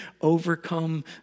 overcome